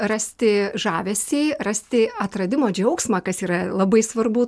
rasti žavesį rasti atradimo džiaugsmą kas yra labai svarbu